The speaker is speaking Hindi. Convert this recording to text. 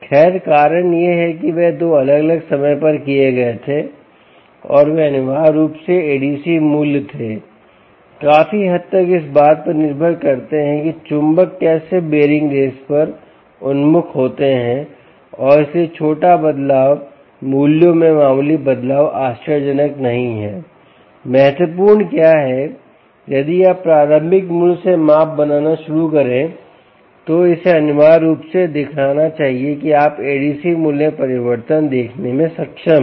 खैर कारण यह है कि वह 2 अलग अलग समय पर किए गए थे और वे अनिवार्य रूप से ADC मूल्य थे काफी हद तक इस बात पर निर्भर करते हैं कि चुंबक चुंबक कैसे बेयरिंग रेस पर उन्मुख होते हैं और इसलिए यह छोटा बदलाव मूल्यों में मामूली बदलाव आश्चर्यजनक नहीं है महत्वपूर्ण क्या हैं यदि आप प्रारंभिक मूल्य से माप बनाना शुरू करें तो इसे अनिवार्य रूप से दिखाना चाहिए कि आप ADC मूल्य में परिवर्तन देखने में सक्षम हैं